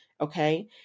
okay